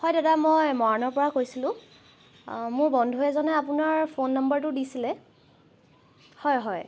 হয় দাদা মই মৰাণৰ পৰা কৈছিলো মোৰ বন্ধু এজনে আপোনাৰ ফোন নম্বৰটো দিছিলে হয় হয়